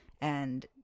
and-